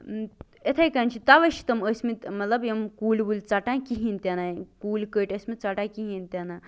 یِتھٕے کٔنۍ چھِ تَوے چھِ تِم ٲسمٕتۍ مطلب یِم کُلۍ وُلۍ ژَٹان کِہیٖنٛۍ تہِ نےَ کُلۍ کٔٹۍ ٲسمٕتۍ ژٹان کِہینۍ تہِ نہٕ